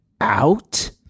out